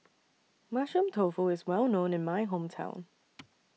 Mushroom Tofu IS Well known in My Hometown